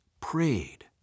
prayed